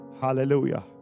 hallelujah